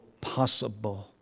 possible